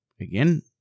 again